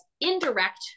indirect